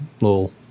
little